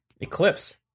Eclipse